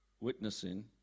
witnessing